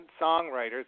songwriters